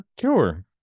sure